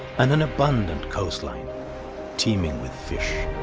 and an abundant coastline teeming with fish.